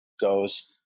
goes